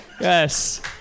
Yes